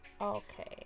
Okay